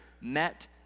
met